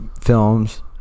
films